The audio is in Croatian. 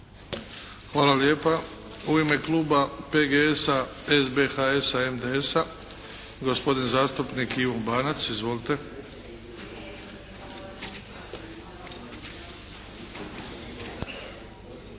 Hvala lijepa. U ime Kluba PGS-a SBHS-a NDS-a gospodin zastupnik Ivo Banac. Izvolite. **Banac,